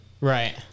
Right